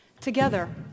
Together